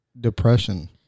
depression